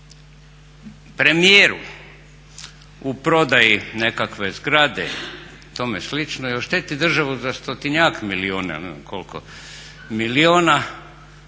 premijeru u prodaji nekakve zgrade i tome slično i ošteti državu za 100-tinjak milijuna onda se nađu